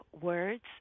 words